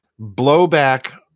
blowback